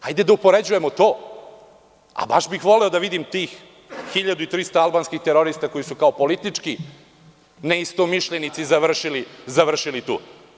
Hajde da upoređujemo to, a baš bih voleo da vidim tih 1.300 albanskih terorista koji su kao politički ne istomišljenici završili tu.